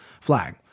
flag